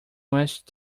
must